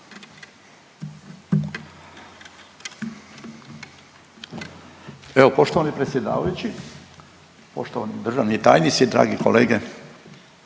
Evo poštovani predsjedavajući, poštovani državni tajnici, dragi kolege